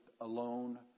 alone